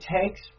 takes